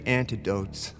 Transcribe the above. antidotes